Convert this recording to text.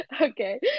Okay